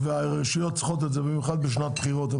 הרשויות צריכות את זה, במיוחד בשנת בחירות.